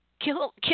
Kill